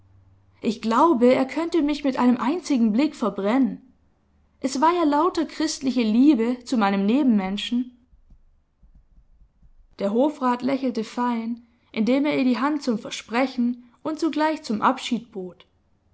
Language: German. ich glaube er könnte mich mit einem einzigen blick verbrennen es war ja lauter christliche liebe zu meinem nebenmenschen der hofrat lächelte fein indem er ihr die hand zum versprechen und zugleich zum abschied bot